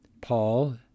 Paul